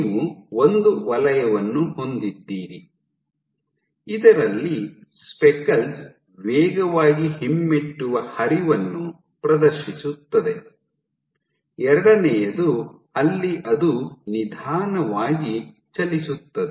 ನೀವು ಒಂದು ವಲಯವನ್ನು ಹೊಂದಿದ್ದೀರಿ ಇದರಲ್ಲಿ ಸ್ಪೆಕಲ್ಸ್ ವೇಗವಾಗಿ ಹಿಮ್ಮೆಟ್ಟುವ ಹರಿವನ್ನು ಪ್ರದರ್ಶಿಸುತ್ತದೆ ಎರಡನೆಯದು ಅಲ್ಲಿ ಅದು ನಿಧಾನವಾಗಿ ಚಲಿಸುತ್ತದೆ